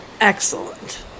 Excellent